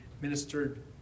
ministered